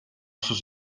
sus